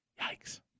Yikes